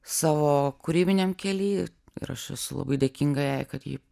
savo kūrybiniam kely ir aš esu labai dėkinga jai kad ji